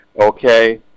okay